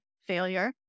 failure